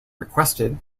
requested